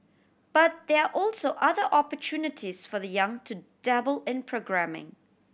but there are also other opportunities for the young to dabble in programming